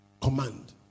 Command